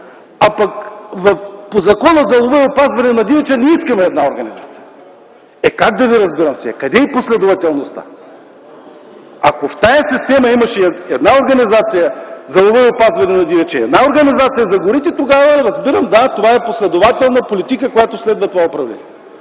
а пък по Закона за лова и опазване на дивеча – не искаме една организация! Как да ви разбирам сега, къде е последователността? Ако в тази система имаше една организация – за лова и опазване на дивеча, и една организация – за горите, тогава разбирам – да, това е последователна политика, която следва това управление.